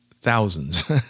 thousands